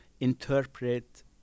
interpret